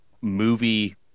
movie